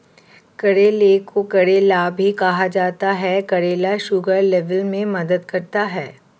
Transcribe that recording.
करेले को करेला भी कहा जाता है करेला शुगर लेवल में मदद करता है